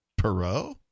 Perot